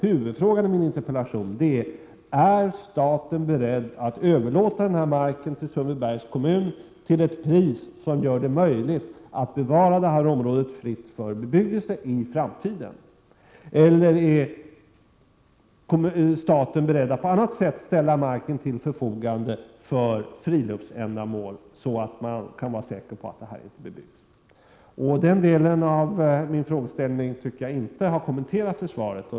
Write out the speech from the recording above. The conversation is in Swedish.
Huvudfrågan i min interpellation är denna: Är staten beredd att överlåta marken till Sundbybergs kommun till ett pris som gör det möjligt att bevara området fritt från bebyggelse i framtiden, eller är staten beredd att på annat sätt ställa marken till förfogande för friluftsändamål, så att man kan vara säker på att den inte bebyggs? Den delen av min fråga tycker jag inte har kommenterats i svaret.